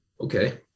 okay